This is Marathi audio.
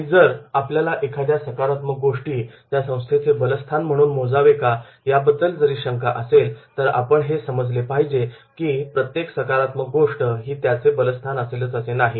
आणि जरी आपल्याला एखाद्या सकारात्मक गोष्टी त्या संस्थेचे बलस्थान म्हणून मोजावे का याबद्दल जरी शंका असेल तर आपण हे समजले पाहिजे की प्रत्येक सकारात्मक गोष्ट ही त्याचे बलस्थान असेलच असे नाही